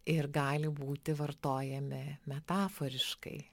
ir gali būti vartojami metaforiškai